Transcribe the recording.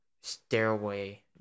stairway